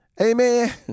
Amen